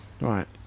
Right